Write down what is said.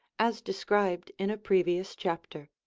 as described in a previous chapter.